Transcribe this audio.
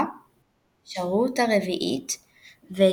אפשרויות להרחבה 40 נבחרות 8 בתים של 5 נבחרות,